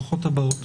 ברוכות הבאות.